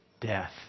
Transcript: death